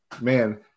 Man